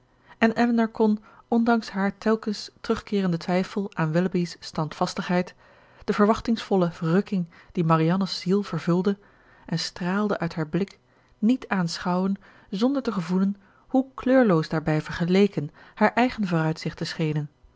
en elinor kon ondanks haar telkens terugkeerenden twijfel aan willoughby's standvastigheid de verwachtingsvolle verrukking die marianne's ziel vervulde en straalde uit haar blik niet aanschouwen zonder te gevoelen hoe kleurloos daarbij vergeleken haar eigen vooruitzichten schenen